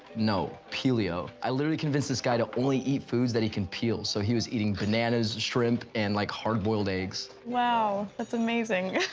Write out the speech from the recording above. no. peelio. i literally convinced this guy to only eat foods that he can peel, so he was eating bananas, shrimp, and like, hard-boiled eggs. wow, that's amazing.